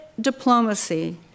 diplomacy